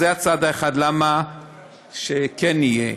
אז זה הצד אחד, למה שכן יהיה.